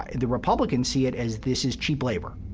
the republicans see it as, this is cheap labor,